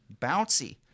bouncy